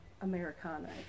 Americana